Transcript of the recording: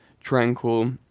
tranquil